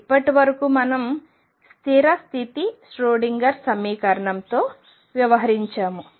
ఇప్పటివరకు మనం స్థిర స్థితి ష్రోడింగర్ సమీకరణంతో వ్యవహరించాము